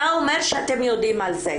אתה אומר שאתם יודעים על זה.